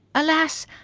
alas,